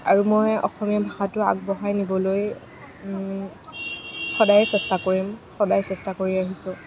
আৰু মই অসমীয়া ভাষাটো আগবঢ়াই নিবলৈ সদায় চেষ্টা কৰিম সদায় চেষ্টা কৰি আহিছোঁ